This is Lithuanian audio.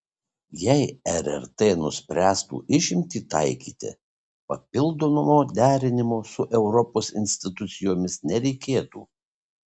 jei rrt nuspręstų išimtį taikyti papildomo derinimo su europos institucijomis nereikėtų